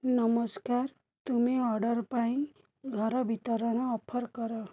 ନମସ୍କାର ତୁମେ ଅର୍ଡ଼ର ପାଇଁ ଘର ବିତରଣ ଅଫର୍ କର